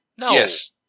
Yes